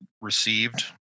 received